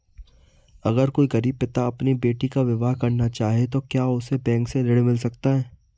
अगर कोई गरीब पिता अपनी बेटी का विवाह करना चाहे तो क्या उसे बैंक से ऋण मिल सकता है?